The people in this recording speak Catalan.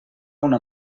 una